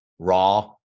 raw